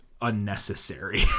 unnecessary